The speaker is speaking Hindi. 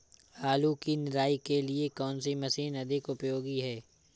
आलू की निराई के लिए कौन सी मशीन अधिक उपयोगी है?